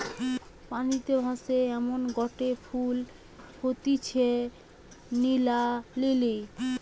পানিতে ভাসে এমনগটে ফুল হতিছে নীলা লিলি